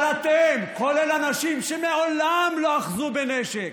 אבל אתם, כולל אנשים שמעולם לא אחזו בנשק,